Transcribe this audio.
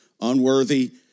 Unworthy